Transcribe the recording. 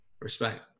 respect